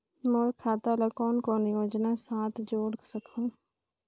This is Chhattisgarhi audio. मोर खाता ला कौन कौन योजना साथ जोड़ सकहुं?